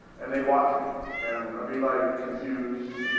and they'd watch me and and would be, like, confused.